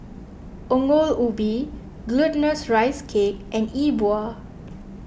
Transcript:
Ongol Ubi Glutinous Rice Cake and E Bua